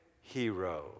hero